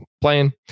playing